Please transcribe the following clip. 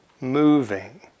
moving